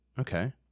Okay